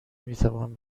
میتوان